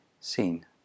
seen